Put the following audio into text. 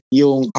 yung